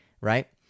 right